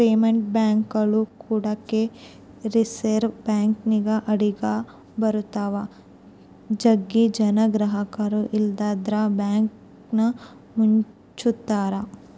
private ಬ್ಯಾಂಕ್ಗಳು ಕೂಡಗೆ reserve ಬ್ಯಾಂಕಿನ ಅಡಿಗ ಬರುತ್ತವ, ಜಗ್ಗಿ ಜನ ಗ್ರಹಕರು ಇಲ್ಲಂದ್ರ ಬ್ಯಾಂಕನ್ನ ಮುಚ್ಚುತ್ತಾರ